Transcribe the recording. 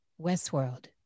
Westworld